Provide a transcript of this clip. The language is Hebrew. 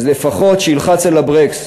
אז לפחות שילחץ על הברקס,